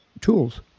tools